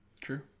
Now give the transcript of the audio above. True